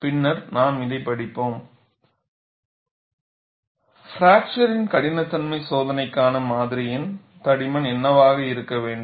பின்னர் நாம் இதை படிப்போம் பிராக்சர் கடினத்தன்மை சோதனைக்கான மாதிரியின் தடிமன் என்னவாக இருக்க வேண்டும்